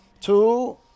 two